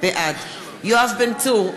בעד יואב בן צור,